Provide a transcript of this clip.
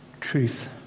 truth